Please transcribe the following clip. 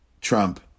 Trump